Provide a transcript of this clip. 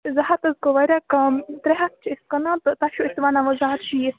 زٕ ہَتھ حظ گوٚو وارِیاہ کَم ترٛےٚ ہتھ چھِ أسۍ کٕنان تہٕ تۄہہِ چھُو أسی وَنان وۄنۍ زٕ ہَتھ شیٖتھ